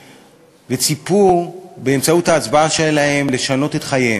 וציפו באמצעות ההצבעה שלהם לשנות את חייהם.